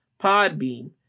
Podbeam